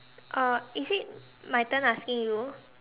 uh is it my turn asking you